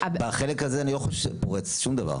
בחלק הזה אני לא חושב שזה פורץ שום דבר.